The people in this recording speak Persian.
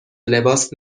لباس